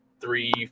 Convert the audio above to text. three